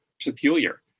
peculiar